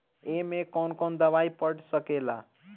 ए में कौन कौन दवाई पढ़ सके ला?